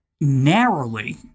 narrowly